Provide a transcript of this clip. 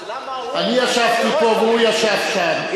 אני ישבתי פה והוא ישב שם,